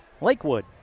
Lakewood